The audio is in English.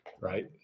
right